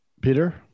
Peter